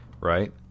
right